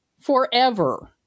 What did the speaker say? Forever